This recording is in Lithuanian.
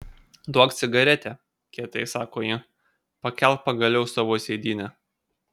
duok cigaretę kietai sako ji pakelk pagaliau savo sėdynę